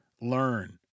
learn